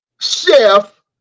Chef